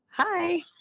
Hi